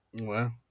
Wow